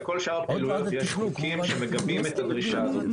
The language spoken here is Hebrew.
לכל שאר הפעילויות יש חוקים שמגבים את הדרישה הזאת.